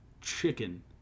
Chicken